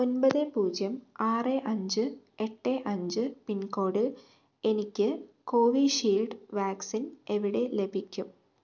ഒൻപത് പൂജ്യം ആറ് അഞ്ച് എട്ട് അഞ്ച് പിൻകോഡിൽ എനിക്ക് കോവിഷീൽഡ് വാക്സിൻ എവിടെ ലഭിക്കും